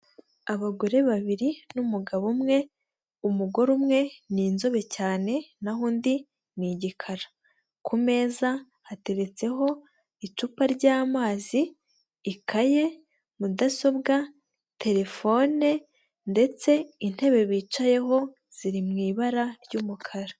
Abagore babiri n'umugabo umwe, umugore umwe ni inzobe cyane naho undi ni igikara, ku meza hateretseho icupa ry'amazi, ikayI, mudasobwa, terefone ndetse intebe bicayeho ziri mu ibara ry'umukara.